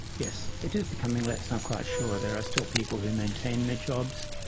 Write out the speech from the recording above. yes. it is becoming less. i'm quite sure there are still people who maintain their jobs,